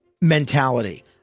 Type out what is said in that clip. mentality